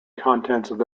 content